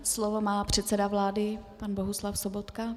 Slovo má předseda vlády pan Bohuslav Sobotka.